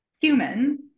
humans